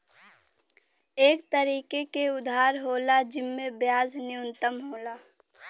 एक तरीके के उधार होला जिम्मे ब्याज न्यूनतम होला